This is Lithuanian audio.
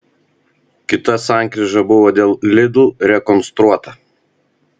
kita sankryža buvo dėl lidl rekonstruota